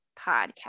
podcast